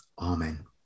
Amen